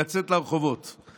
"ולצאת לרחובות";